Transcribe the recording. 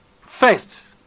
First